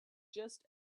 just